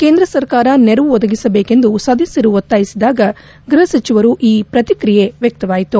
ಕೇಂದ್ರ ಸರ್ಕಾರ ನೆರವು ಒದಗಿಸಬೇಕೆಂದು ಸದಸ್ಯರು ಒತ್ತಾಯಿಸಿದಾಗ ಗೃಹಸಚಿವರ ಈ ಪ್ರತಿಕ್ರಿಯೆ ವ್ಯಕ್ತವಾಯಿತು